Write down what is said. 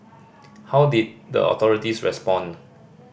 how did the authorities respond